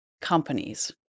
companies